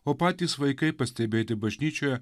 o patys vaikai pastebėti bažnyčioje